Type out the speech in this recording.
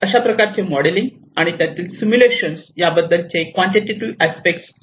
अशा प्रकारचे मॉडेलिंग आणि त्यातील सिम्युलेशन याबद्दलचे क्वांटिटेटिव्ह अस्पेक्ट आहे